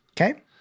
Okay